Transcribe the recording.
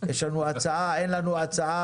יש לנו הצעה /אין לנו הצעה,